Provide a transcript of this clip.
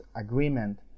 agreement